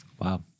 Wow